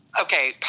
Okay